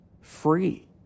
free